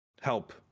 help